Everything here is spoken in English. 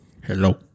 Hello